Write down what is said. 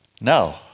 No